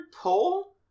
pull